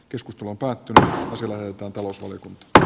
keskus lupaa tytär osille joita talous oli dr